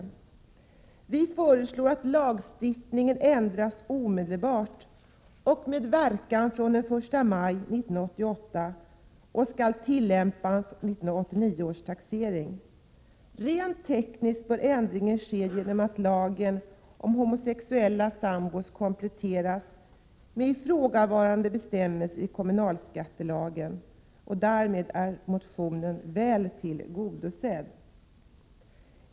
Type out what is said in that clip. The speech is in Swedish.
Utskottet föreslår att lagstiftningen ändras omedelbart med verkan fr.o.m. den 1 maj 1988 och skall tillämpas från 1989 års taxering. Rent tekniskt bör ändringen ske genom att lagen om homosexuella sambor kompletteras med ifrågavarande bestämmelse i kommunalskattelagen. Därmed är motionens syfte väl tillgodosett.